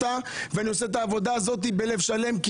ואני עושה את העבודה הזאת בלב שלם כי